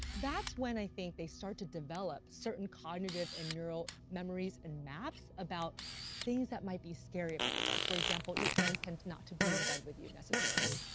that's when, i think, they start to develop certain cognitive and neural memories and maps about things that might be scary about the dark. for example, your parents tend not to be in bed with you necessarily.